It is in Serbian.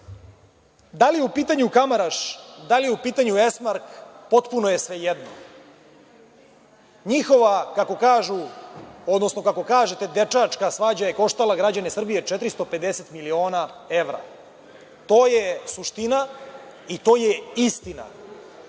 da li je u pitanju „Kamaraš“, da li je u pitanju „Esmark“, potpuno je svejedno. Njihova, kako kažu, odnosno kako kažete, dečačka svađa je koštala građane Srbije 450 miliona evra. To je suština i to je istina.